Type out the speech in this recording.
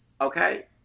okay